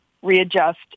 readjust